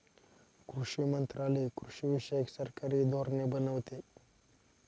कृषी मंत्रालय कृषीविषयक सरकारी धोरणे बनवते